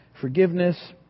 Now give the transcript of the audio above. forgiveness